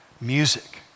music